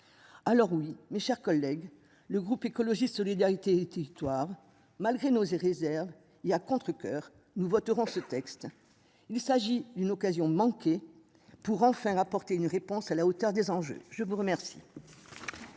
Alors oui, mes chers collègues. Le groupe écologiste solidarité et territoires malgré nos et réserve, il y à contrecoeur, nous voterons ce texte. Il s'agit d'une occasion manquée. Pour enfin apporter une réponse à la hauteur des enjeux. Je vous remercie.